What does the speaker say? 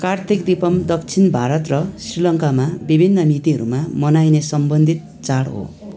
कार्तिक दीपम दक्षिण भारत र श्रीलङ्कामा विभिन्न मितिहरूमा मनाइने सम्बन्धित चाड हो